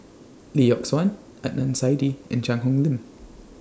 Lee Yock Suan Adnan Saidi and Cheang Hong Lim